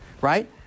right